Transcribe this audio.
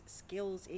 skills